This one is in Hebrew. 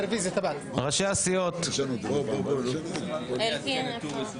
רוויזיה על בקשות חברי הכנסת להקדמת הדיון בהצעות